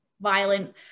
violent